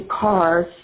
cars